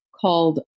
called